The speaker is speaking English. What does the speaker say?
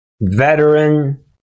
veteran